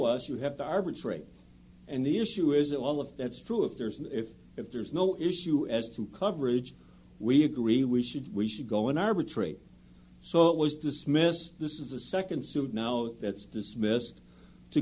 us you have to arbitrate and the issue is that all of that's true if there's an if if there's no issue as to coverage we agree we should we should go an arbitrator so it was dismissed this is the second suit now that's dismissed to